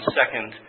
second